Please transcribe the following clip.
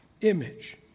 image